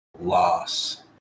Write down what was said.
loss